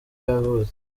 yavutse